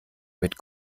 mit